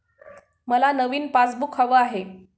मला नवीन पासबुक हवं आहे